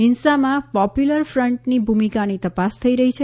હીંસામાં popular ફન્ટની ભૂમિકાની તપાસ થઇ રહી છે